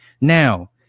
now